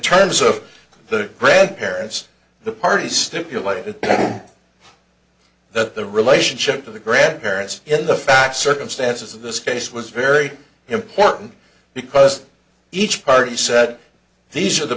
terms of the grandparents the parties stipulated that the relationship of the grandparents in the fact circumstances of this case was very important because each party said these are the